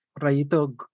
Rayito